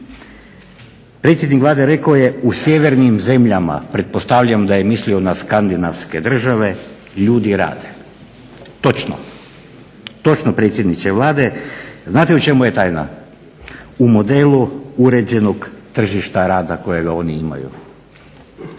predsjednik Vlade rekao je u sjevernim zemljama, pretpostavljam da je mislio na skandinavske države, ljudi rade. Točno, točno predsjedniče Vlade. Znate u čemu je tajna, u modelu uređenog tržišta rada kojega oni imaju,